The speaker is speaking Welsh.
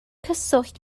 cyswllt